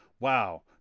Wow